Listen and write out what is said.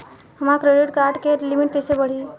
हमार credit card के limit कइसे बढ़ी?